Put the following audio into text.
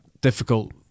difficult